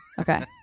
Okay